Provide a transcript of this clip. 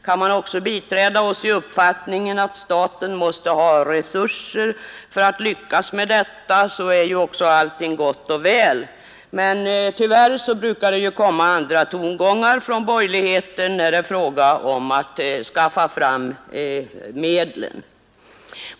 Kan de sedan också biträda oss i uppfattningen att staten måste ha resurser för att lyckas med detta, är allting gott och väl; men tyvärr brukar det höras andra tongångar från borgerligheten när det blir fråga om att skaffa fram medlen.